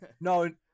No